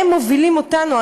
הם מובילים אותנו,